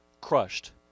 crushed